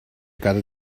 gotta